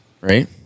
right